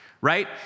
right